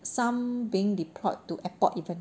some being deployed to airport even